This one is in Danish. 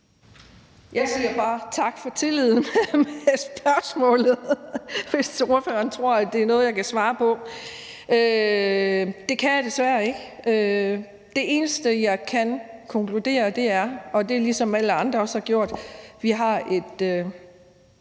Jeg siger bare tak for tilliden med det spørgsmål, hvis ordføreren tror, det er noget, jeg kan svare på. Det kan jeg desværre ikke. Det eneste, jeg kan konkludere, er – og det er ligesom alle andre også har gjort – at vi har et